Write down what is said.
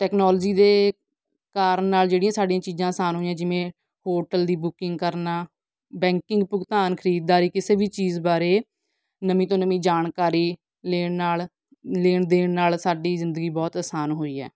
technology ਦੇ ਕਾਰਨ ਨਾਲ ਜਿਹੜੀਆਂ ਸਾਡੀਆਂ ਚੀਜ਼ਾਂ ਆਸਾਨ ਹੋਈਆਂ ਜਿਵੇਂ ਹੋਟਲ ਦੀ ਬੁਕਿੰਗ ਕਰਨਾ ਬੈਂਕਿੰਗ ਭੁਗਤਾਨ ਖਰੀਦਦਾਰੀ ਕਿਸੇ ਵੀ ਚੀਜ਼ ਬਾਰੇ ਨਵੀਂ ਤੋਂ ਨਵੀਂ ਜਾਣਕਾਰੀ ਲੈਣ ਨਾਲ ਲੈਣ ਦੇਣ ਨਾਲ ਸਾਡੀ ਜ਼ਿੰਦਗੀ ਬਹੁਤ ਆਸਾਨ ਹੋਈ ਹੈ